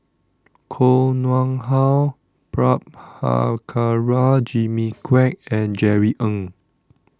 Koh Nguang How Prabhakara Jimmy Quek and Jerry Ng